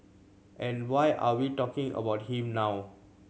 and why are we talking about him now